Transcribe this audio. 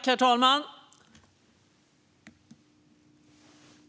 Herr talman!